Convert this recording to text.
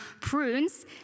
prunes